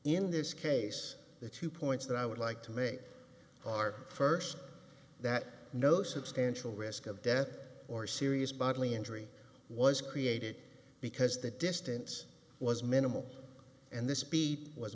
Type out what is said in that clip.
in this case the two points that i would like to make are first that no substantial risk of death or serious bodily injury was created because the distance was minimal and the speed was